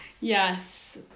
Yes